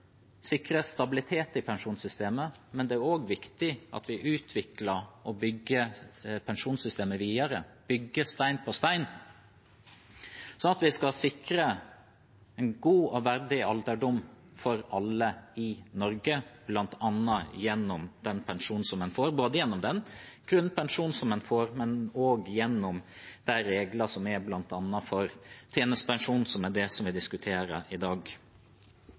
at vi utvikler og bygger pensjonssystemet videre stein på stein, slik at vi sikrer en god og verdig alderdom for alle i Norge, bl.a. gjennom den pensjonen en får, både gjennom grunnpensjonen og gjennom de reglene som er for bl.a. tjenestepensjon, som er det vi diskuterer i dag.